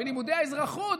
בלימודי האזרחות,